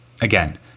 Again